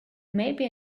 maybe